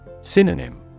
Synonym